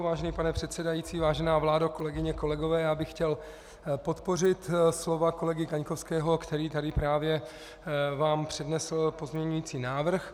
Vážený pane předsedající, vážená vládo, kolegyně, kolegové, já bych chtěl podpořit slova kolegy Kaňkovského, který vám tady právě přednesl pozměňující návrh.